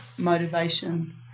motivation